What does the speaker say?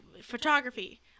photography